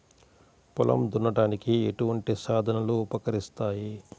పొలం దున్నడానికి ఎటువంటి సాధనలు ఉపకరిస్తాయి?